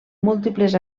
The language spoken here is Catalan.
múltiples